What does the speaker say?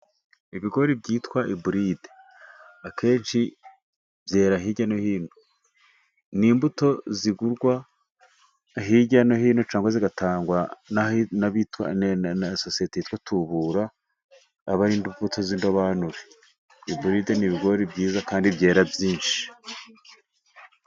Ibigori byitwa iburide akenshi byera hirya no hino. Ni imbuto zigurwa hirya no hino cyangwa zigatangwa na sosiyete yitwa Tubura. Aba ari imbuto z'indobanure. Iburide n'ibigori byiza kandi byera byinshi.